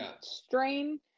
strain